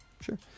sure